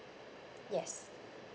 yes